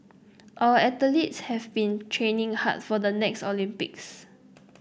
our athletes have been training hard for the next Olympics